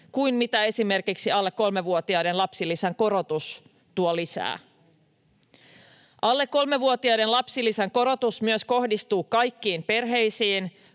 kuin mitä esimerkiksi alle kolmevuotiaiden lapsilisän korotus tuo lisää. Alle kolmevuotiaiden lapsilisän korotus myös kohdistuu kaikkiin perheisiin,